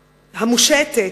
המושטת,